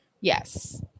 yes